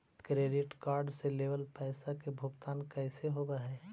Credit card से लेवल पैसा के भुगतान कैसे होव हइ?